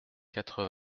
quatre